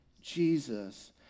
Jesus